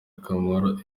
akamaro